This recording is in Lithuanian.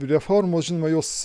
reformos žinoma jos